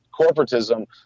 corporatism